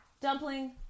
Dumpling